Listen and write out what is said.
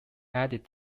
added